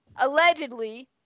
allegedly